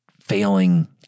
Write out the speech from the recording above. failing